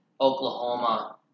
Oklahoma